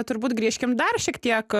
turbūt grįžkim dar šiek tiek